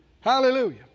Hallelujah